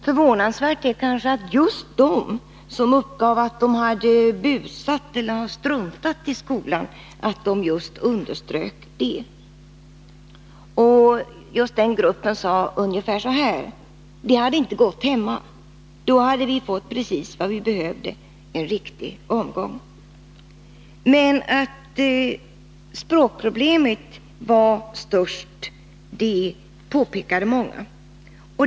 Förvånansvärt är kanske att just de som uppgav att de hade busat eller att de struntat i skolan underströk detta. Den gruppen sade ungefär så här: Sådant hade inte gått hemma. Då hade vi fått precis vad vi behövde: en riktig omgång. Att språksvårigheterna var det största problemet påpekade många.